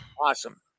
awesome